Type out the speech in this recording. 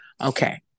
Okay